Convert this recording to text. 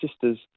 sisters